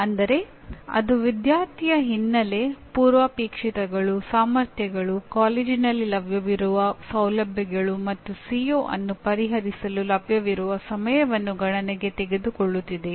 ಅಂದರೆ ಅದು ವಿದ್ಯಾರ್ಥಿಯ ಹಿನ್ನೆಲೆ ಪೂರ್ವಾಪೇಕ್ಷಿತಗಳು ಸಾಮರ್ಥ್ಯಗಳು ಕಾಲೇಜಿನಲ್ಲಿ ಲಭ್ಯವಿರುವ ಸೌಲಭ್ಯಗಳು ಮತ್ತು ಸಿಒ ಅನ್ನು ಪರಿಹರಿಸಲು ಲಭ್ಯವಿರುವ ಸಮಯವನ್ನು ಗಣನೆಗೆ ತೆಗೆದುಕೊಳ್ಳುತ್ತಿದೆಯೇ